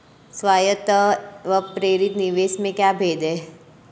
स्वायत्त व प्रेरित निवेश में क्या भेद है?